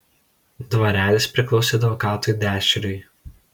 dvarelis priklausė advokatui dešriui